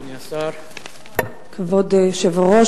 כבוד היושב-ראש,